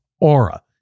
Aura